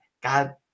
God